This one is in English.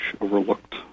overlooked